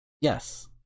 Yes